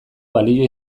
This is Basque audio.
balio